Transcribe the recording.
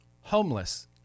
homeless